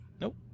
Nope